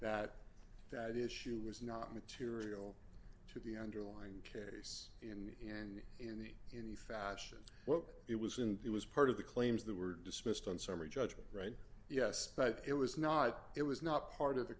that that issue was not material to the underlying case in in the in the fashion what it was in it was part of the claims that were dismissed on summary judgment right yes but it was not it was not part of the